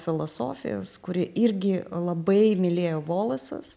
filosofijos kurį irgi labai mylėjo volasas